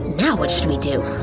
now what should we do?